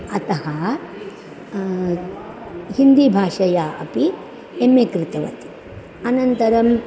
अतः हिन्दीभाषया अपि एम्मे कृतवती अनन्तरम्